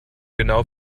genau